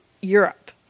Europe